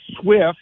Swift